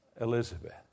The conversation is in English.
Elizabeth